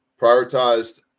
Prioritized